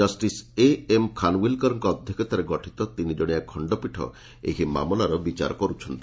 justice A M ଖାନ୍ଓ୍ୱିଲ୍କରଙ୍କ ଅଧ୍ୟକ୍ଷତାରେ ଗଠିତ ତିନିଜଣିଆ ଖଣ୍ଡପୀଠ ଏହି ମାମଲାର ବିଚାର କର୍୍ ଛନ୍ତି